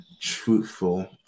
truthful